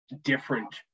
different